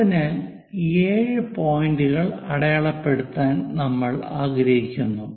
അതിനാൽ 7 പോയിന്റുകൾ അടയാളപ്പെടുത്താൻ നമ്മൾ ആഗ്രഹിക്കുന്നു